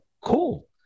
cool